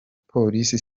police